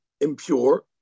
impure